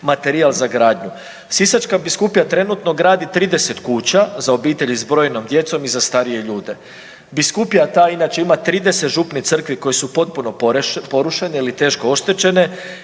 Sisačka biskupija trenutno gradi 30 kuća za obitelji s brojnom djecom i za starije ljude, biskupija ta inače ima 30 župnih crkvi koje su potpuno porušene ili teško oštećene